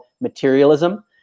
materialism